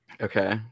Okay